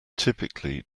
typically